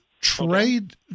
trade